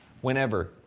Whenever